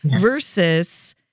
versus